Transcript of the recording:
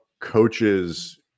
coaches